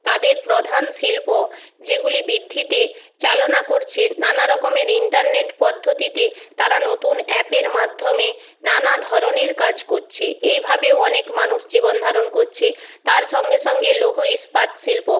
তাদের প্রধান শিল্প যেগুলি বৃদ্ধিতে চালনা করছে নানা রকমের ইন্টারনেট পদ্ধতিতে তারা নতুন অ্যাপের মাধ্যমে নানা ধরনের কাজ কচ্ছে এইভাবেও অনেক মানুষ জীবন ধারণ কচ্ছে তার সঙ্গে সঙ্গে লৌহ ইস্পাত শিল্প